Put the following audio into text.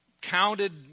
counted